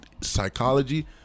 Psychology